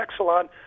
Exelon